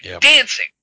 Dancing